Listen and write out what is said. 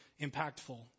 impactful